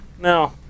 No